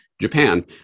Japan